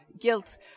guilt